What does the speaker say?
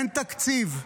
אין תקציב.